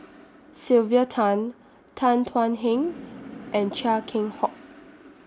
Sylvia Tan Tan Thuan Heng and Chia Keng Hock